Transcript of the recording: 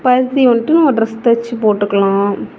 பருத்தி வந்துட்டு நம்ம ட்ரெஸ் தைச்சி போட்டுக்கலாம்